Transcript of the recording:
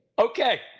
Okay